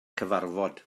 cyfarfod